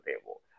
table